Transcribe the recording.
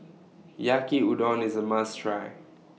Yaki Udon IS A must Try